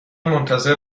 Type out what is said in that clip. منتظر